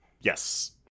Yes